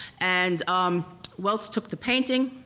and um welz took the painting,